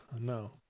No